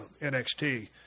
NXT